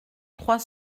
trois